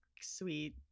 sweet